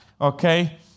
Okay